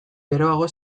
geroago